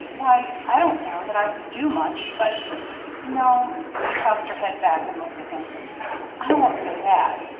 why, i don't know that i could do much, but no she tossed her head back and looked at him i won't say that.